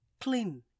clean